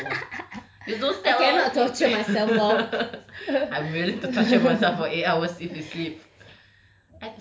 sleeping is always eight hours also you don't lor I'm willing to torture myself for eight hours if it's sleep